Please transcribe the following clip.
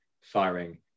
firing